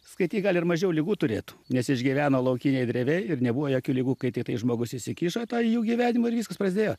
skaityk gal ir mažiau ligų turėtų nes išgyveno laukinėj drevėj ir nebuvo jokių ligų kai tiktai žmogus įsikišo į tą jų gyvenimą ir viskas prasidėjo